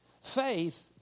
Faith